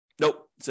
Nope